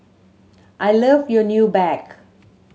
I love your new bag